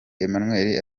emmanuel